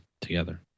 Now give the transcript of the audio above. together